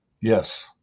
Yes